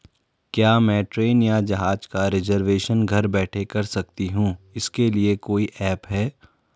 क्या मैं ट्रेन या जहाज़ का रिजर्वेशन घर बैठे कर सकती हूँ इसके लिए कोई ऐप है?